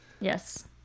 Yes